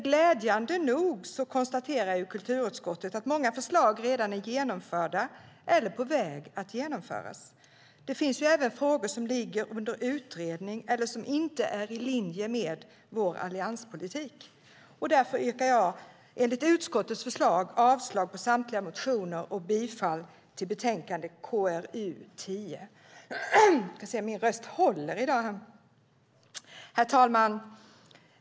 Glädjande nog konstaterar kulturutskottet att många förslag redan är genomförda eller på väg att genomföras. Det finns även frågor som ligger under utredning eller som inte är i linje med vår allianspolitik. Därför yrkar jag, enligt utskottets förslag, avslag på samtliga motioner och bifall till förslaget i betänkande KrU10. Herr talman!